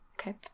Okay